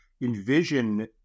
envision